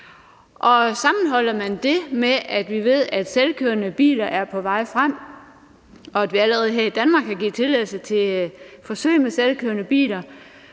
sammenholder man det med, at vi ved, at selvkørende biler er på vej frem, og at vi allerede her i Danmark kan give tilladelse til forsøg med selvkørende biler,